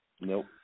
Nope